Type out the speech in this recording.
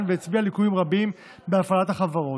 והצביע על ליקויים רבים בהפעלת החברות.